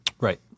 Right